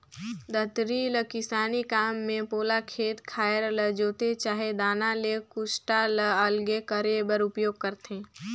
दँतरी ल किसानी काम मे पोला खेत खाएर ल जोते चहे दाना ले कुसटा ल अलगे करे बर उपियोग करथे